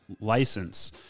license